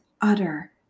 utter